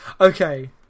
Okay